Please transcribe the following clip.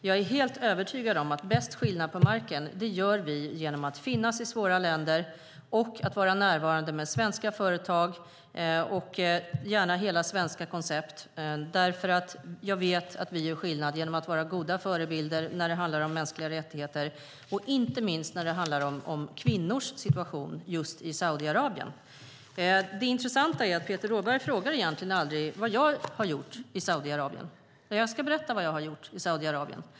Jag är helt övertygad om att bäst skillnad på marken gör vi genom att finnas i svåra länder och vara närvarande med svenska företag och gärna hela svenska koncept. Jag vet att vi gör skillnad genom att vara goda förebilder när det handlar om mänskliga rättigheter. Det gäller inte minst när det handlar om kvinnors situation i just Saudiarabien. Det intressanta är att Peter Rådberg egentligen aldrig frågar vad jag har gjort i Saudiarabien. Jag ska berätta vad jag har gjort i Saudiarabien.